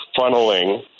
funneling